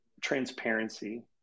transparency